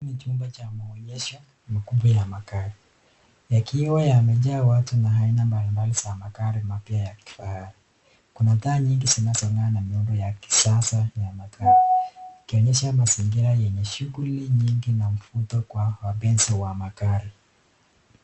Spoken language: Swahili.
Ni chumba cha maonyesho makubwa ya magari, yakiwa yamejaa watu na aina mbali mbali za magari mapya ya kifahari. Kuna taa nyingi zinazongaa na miundo ya kisasa wa magari ikionyesha mazingira yenye shughuli nyingi na mvuto kwa wapenzi wa magari.